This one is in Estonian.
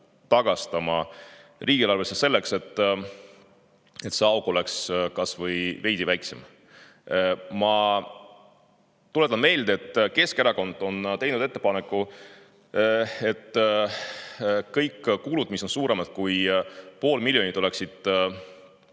tagastama riigieelarvesse, selleks et see auk oleks kas või veidi väiksem. Ma tuletan meelde, et Keskerakond on teinud ettepaneku, et kõik kulud, mis on suuremad kui pool miljonit, oleksid